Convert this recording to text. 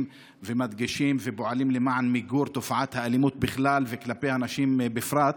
ומדגישים ופועלים למען מיגור תופעת האלימות בכלל וכלפי הנשים בפרט.